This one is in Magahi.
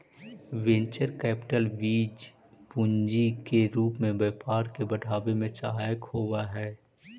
वेंचर कैपिटल बीज पूंजी के रूप में व्यापार के बढ़ावे में सहायक होवऽ हई